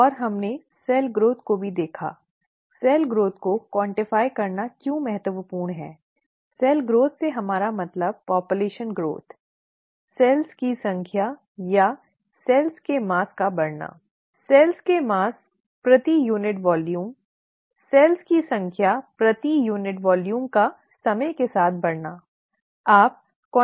और हमने cell growth को भी देखा सेल ग्रोथ को निर्धारित करना क्यों महत्वपूर्ण है सेल ग्रोथ से हमारा मतलब जनसंख्या वृद्धि कोशिकाओं की संख्या या कोशिकाओं का द्रव्यमान बढ़ना कोशिकाओं का द्रव्यमान प्रति यूनिट आयतन कोशिकाओं की संख्या प्रति यूनिट मात्रा का समय के साथ बढ़ना ठीक है